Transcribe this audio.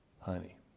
Honey